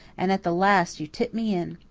and at the last you tipped me in.